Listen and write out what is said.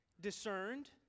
discerned